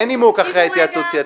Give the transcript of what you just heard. אין נימוק אחרי התייעצות סיעתית.